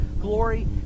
glory